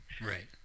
Right